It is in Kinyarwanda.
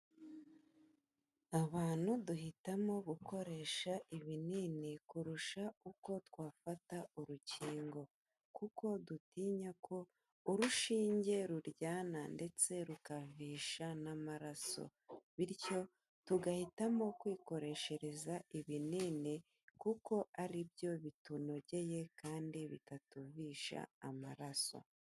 Abantu duhitamo gukoresha ibinini kurusha uko twafata urukingo kuko dutinya ko urushinge ruryana ndetse rukavisha n'amaraso bityo tugahitamo kwikoreshereza ibinini kuko ari byo bitunogeye kandi bitatuvisha amaraso.